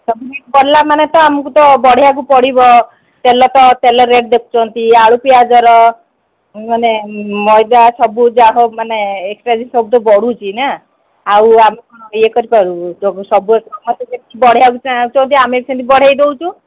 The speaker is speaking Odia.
ସବୁ ଜିନିଷ ବଢ଼ିଲା ମାନେ ତ ଆମକୁ ବଢ଼େଇବାକୁ ପଡ଼ିବ ତେଲ ତ ତେଲ ରେଟ୍ ଦେଖୁଛନ୍ତି ଆଳୁ ପିଆଜର ମାନେ ମଇଦା ସବୁ ଯାହା ମାନେ ଏକ୍ସଟ୍ରା ବି ବଢ଼ୁଛି ନା ଆଉ ଆମେ କ'ଣ ଇଏ କରି ପାରିବୁ ସବୁ ସମସ୍ତେ ଯେମିତି ବଢ଼େଇବାକୁ ଚାହୁଁଛନ୍ତି ଆମେ ସେମିତି ବଢ଼େଇ ଦେଉଛୁ